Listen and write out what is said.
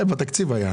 בתקציב.